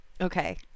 Okay